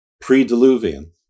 pre-Diluvian